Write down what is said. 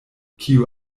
kiu